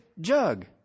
jug